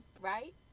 right